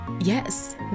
yes